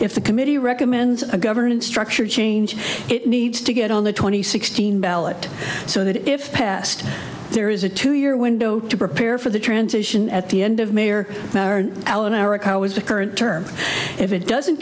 if the committee recommends a governance structure change it needs to get on the twenty sixteen ballot so that if passed there is a two year window to prepare for the transition at the end of may or allen our account was the current term if it doesn't